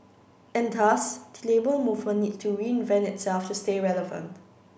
and thus the Labour Movement needs to reinvent itself to stay relevant